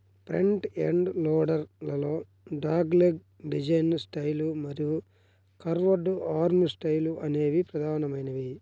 front end loader లలో dogleg design style మరియు curved arm style అనేవి ప్రధానమైనవి